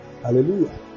Hallelujah